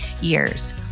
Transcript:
years